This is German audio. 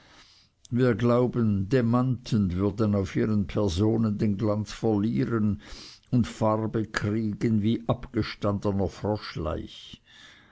wir glauben demanten würden auf ihren personen den glanz verlieren und farbe kriegen wie abgestandener